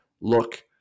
look